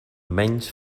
menys